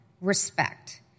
respect